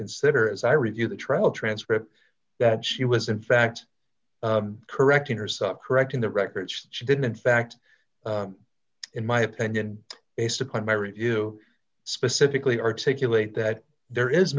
consider as i review the trial transcript that she was in fact correct intercept correcting the record she didn't in fact in my opinion based upon my review specifically articulate that there is